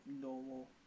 normal